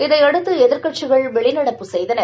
இதையடுத்து எதிர்க்கட்சிகள் வெளிநடப்பு செய்தனர்